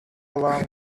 along